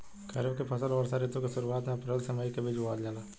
खरीफ के फसल वर्षा ऋतु के शुरुआत में अप्रैल से मई के बीच बोअल जाला